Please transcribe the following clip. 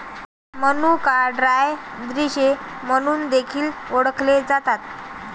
मनुका ड्राय द्राक्षे म्हणून देखील ओळखले जातात